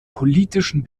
politischen